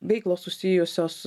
veiklos susijusios